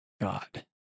God